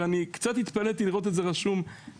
ואני התפלאתי לראות את זה כתוב בחוק,